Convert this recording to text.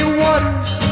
waters